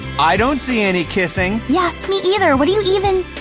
i don't see any kissing. yeah, me either. what are you even